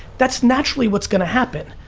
that's naturally what's going to happen.